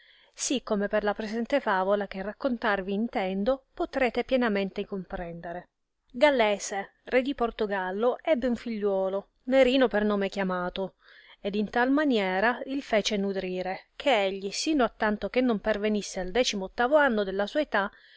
sì come per la presente favola che raccontarvi intendo poterete pienamente comprendere gallese re di portogallo ebbe un figliuolo nerino per nome chiamato ed in tal maniera il fece nudrire che egli sino a tanto che non pervenisse al decim'ottavo anno della sua età